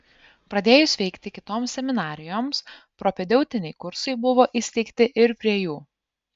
pradėjus veikti kitoms seminarijoms propedeutiniai kursai buvo įsteigti ir prie jų